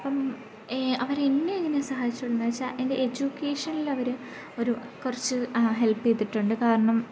അപ്പം ഈ അവർ എന്നെ എങ്ങനെ സഹായിച്ചു എന്നു വച്ചാൽ എൻ്റെ എജ്യൂക്കേഷനിൽ അവർ ഒരു കുറച്ച് ഹെൽപ്പ് ചെയ്തിട്ടുണ്ട് കാരണം